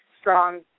strong